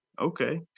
Okay